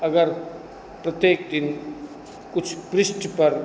अगर प्रत्येक दिन कुछ पृष्ठ पर